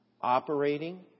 operating